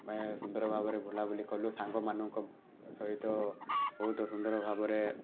ଆମେ ସୁନ୍ଦର ଭାବରେ ବୁଲାବୁଲି କଲୁ ସାଙ୍ଗମାନଙ୍କ ସହିତ ବହୁତ ସୁନ୍ଦର ଭାବରେ